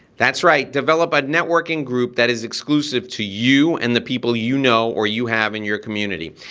that's right, develop a networking group that is exclusive to you and the people you know or you have in your community.